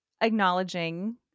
acknowledging